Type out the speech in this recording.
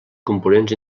components